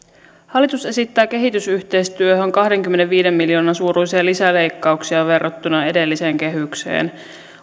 hallitus esittää kehitysyhteistyöhön kahdenkymmenenviiden miljoonan suuruisia lisäleikkauksia verrattuna edelliseen kehykseen